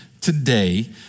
today